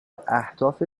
اهداف